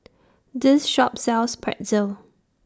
This Shop sells Pretzel